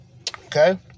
Okay